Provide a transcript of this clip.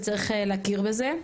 וצריך להכיר בזה.